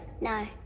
No